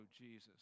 Jesus